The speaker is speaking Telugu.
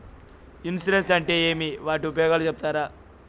ఇన్సూరెన్సు అంటే ఏమి? వాటి ఉపయోగాలు సెప్తారా?